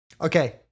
Okay